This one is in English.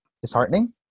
disheartening